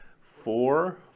four